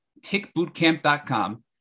tickbootcamp.com